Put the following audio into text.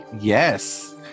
Yes